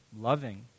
loving